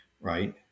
Right